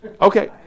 Okay